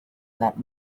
that